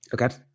Okay